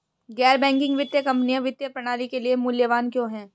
गैर बैंकिंग वित्तीय कंपनियाँ वित्तीय प्रणाली के लिए मूल्यवान क्यों हैं?